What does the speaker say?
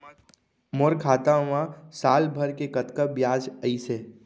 मोर खाता मा साल भर के कतका बियाज अइसे?